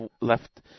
left